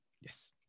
Yes